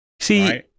See